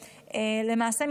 למעשה,